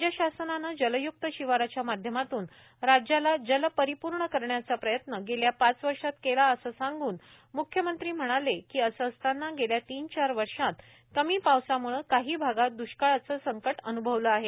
राज्य शासनाने जलय्क्त शिवारच्या माध्यमातून राज्याला जलपरिपूर्ण करण्याचा प्रयत्न गेल्या पाच वर्षात केलाअसे सांगून मुख्यमंत्री म्हणाले कीअसे असताना गेल्या तीन चार वर्षात कमी पावसामुळे काही भागात द्ष्काळाचे संकट अनुभवले आहे